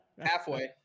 Halfway